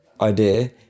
idea